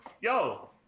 yo